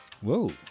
Whoa